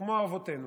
כמו אבותינו,